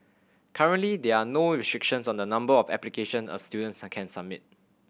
currently there are no restrictions on the number of application a student can submit